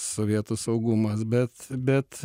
sovietų saugumas bet bet